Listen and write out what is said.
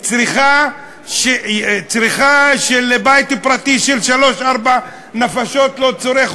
צריכה שבית פרטי של שלוש-ארבע נפשות לא צורך.